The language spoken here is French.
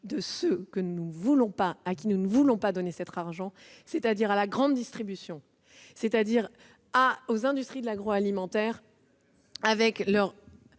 des gens à qui nous ne voulons pas donner notre argent, c'est-à-dire à la grande distribution et aux industries de l'agroalimentaire ! Pourquoi